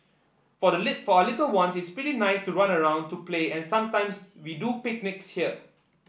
for the little for our little one it's pretty nice to run around to play and sometimes we do picnics here